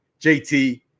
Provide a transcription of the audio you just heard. JT